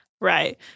Right